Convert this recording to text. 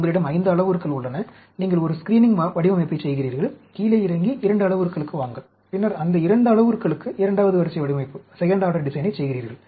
உங்களிடம் 5 அளவுருக்கள் உள்ளன நீங்கள் ஒரு ஸ்க்ரீனிங் வடிவமைப்பைச் செய்கிறீர்கள் கீழே இறங்கி 2 அளவுருக்களுக்கு வாருங்கள் பின்னர் அந்த 2 அளவுருக்களுக்கு இரண்டாவது வரிசை வடிவமைப்பைச் செய்கிறீர்கள்